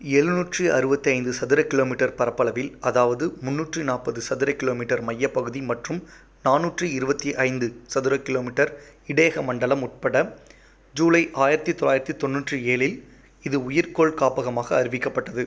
எழுநூற்று அறுபத்தி ஐந்து சதுர கிலோமீட்டர் பரப்பளவில் அதாவது முந்நூற்றி நாற்பது சதுர கிலோமீட்டர் மையப்பகுதி மற்றும் நானூற்றி இருபத்தி ஐந்து சதுர கிலோமீட்டர் இடையக மண்டலம் உட்பட ஜூலை ஆயிரத்தி தொள்ளாயிரத்தி தொண்ணூற்றி ஏழில் இது உயிர்க்கோள் காப்பகமாக அறிவிக்கப்பட்டது